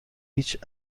هیچ